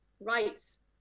rights